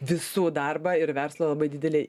visų darbą ir verslą labai didelį